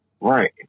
Right